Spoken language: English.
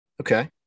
Okay